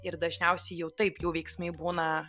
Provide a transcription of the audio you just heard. ir dažniausiai jau taip jų veiksmai būna